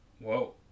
whoa